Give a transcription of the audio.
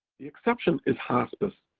the exception is hospice,